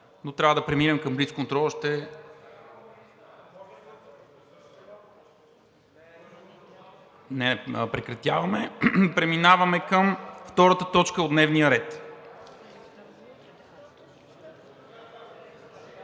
и трябва да преминем към блицконтрола. Прекратяваме. Преминаваме към втората точка от дневния ред: